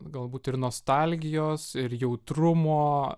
galbūt ir nostalgijos ir jautrumo